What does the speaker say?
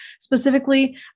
specifically